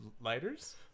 lighters